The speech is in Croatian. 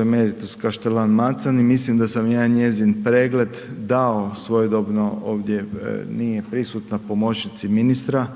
em. Kaštelan Macan i mislim da sam ja njezin pregled dao pregled dao svojedobno, ovdje nije prisutna, pomoćnici ministra,